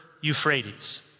Euphrates